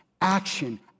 action